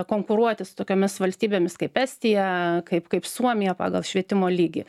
konkuruoti su tokiomis valstybėmis kaip estija kaip kaip suomija pagal švietimo lygį